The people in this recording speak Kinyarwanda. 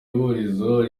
ihurizo